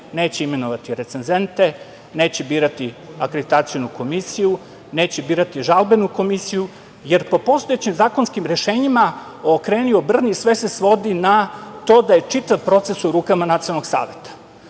neće imenovati recenzente, neće birati akreditacionu komisiju, neće birati žalbenu komisiju, jer po postojećim zakonskim rešenjima, okreni-obrni, sve se svodi na to da je čitav proces u rukama Nacionalnog saveta